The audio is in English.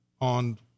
on